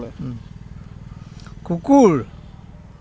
কুকুৰ